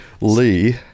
Lee